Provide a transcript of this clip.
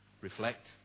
reflect